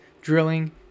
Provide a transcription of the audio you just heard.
drilling